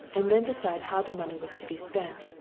and then decide how the money was to be spent.